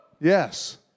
Yes